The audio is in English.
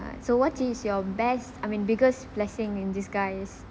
ah so what is your best I mean biggest blessing in disguise